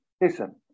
listen